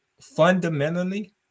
Fundamentally